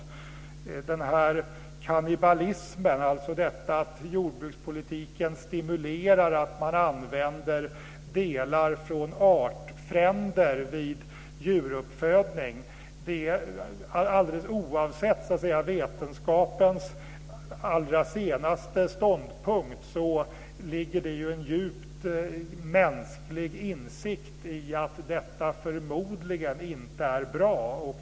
Om den här kannibalismen, alltså detta att jordbrukspolitiken stimulerar att man använder delar från artfränder vid djuruppfödning, vill jag säga att alldeles oavsett vetenskapens allra senaste ståndpunkt ligger det en djupt mänsklig insikt i att detta förmodligen inte är bra.